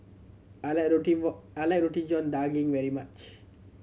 I like roti I like Roti John Daging very much